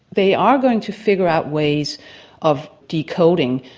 they are going to figure out ways of decoding,